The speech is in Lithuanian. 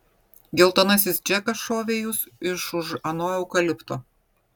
geltonasis džekas šovė į jus iš už ano eukalipto